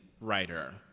writer